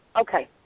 Okay